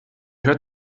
hört